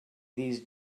these